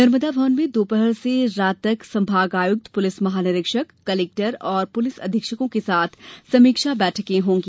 नर्मदा भवन में दोपहर से रात तक संभागायुक्त पुलिस महानिरीक्षक कलेक्टर और पुलिस अधीक्षकों के साथ समीक्षा बैठक होगी